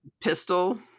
Pistol